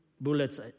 bullets